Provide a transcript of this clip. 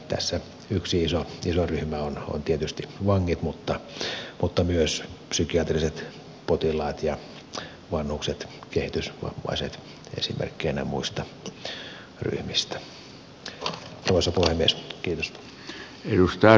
tässä yksi iso ryhmä on tietysti vangit mutta myös psykiatriset potilaat ja vanhukset kehitysvammaiset esimerkkeinä muista ryhmistä